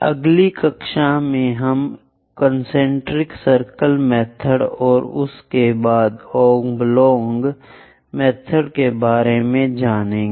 अगली कक्षा में हम कन्सेन्ट्रिक सर्किल मेथड और उसके बाद ओब्लॉंग मेथड के बारे में जानेंगे